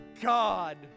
God